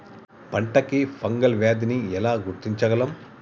పంట కి ఫంగల్ వ్యాధి ని ఎలా గుర్తించగలం?